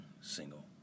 single